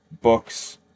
books